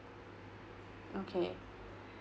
okay